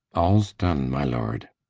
all's done, my lord.